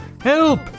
Help